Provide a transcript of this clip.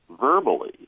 verbally